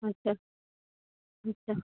আচ্ছা আচ্ছা